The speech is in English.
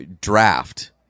draft